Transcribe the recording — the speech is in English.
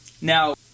Now